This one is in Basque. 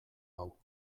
hau